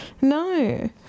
no